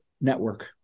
network